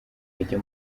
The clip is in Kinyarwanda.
bajya